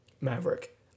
Maverick